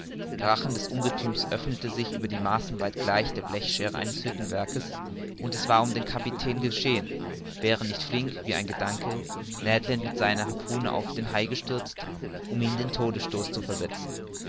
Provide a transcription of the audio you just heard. rachen des ungethüms öffnete sich über die maßen weit gleich der blechscheere eines hüttenwerkes und es war um den kapitän geschehen wäre nicht flink wie ein gedanke ned land mit seiner harpune auf den hai gestürzt um ihm den todesstoß zu versetzen